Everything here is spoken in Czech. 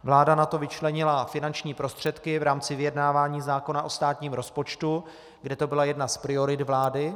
Vláda na to vyčlenila finanční prostředky v rámci vyjednávání zákona o státním rozpočtu, kde to byla jedna z priorit vlády.